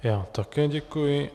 Já také děkuji.